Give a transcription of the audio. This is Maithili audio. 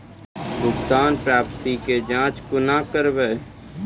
भुगतान प्राप्ति के जाँच कूना करवै?